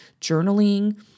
journaling